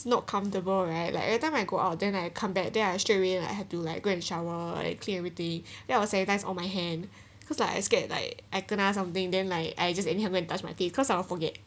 not comfortable right like every time I go out then I come back then I straight away like have to like go and shower I clear everything then I'll sanitize all my hand cause like I scared like I kena something then like I just anyhow go and touch my teeth cause I'll forget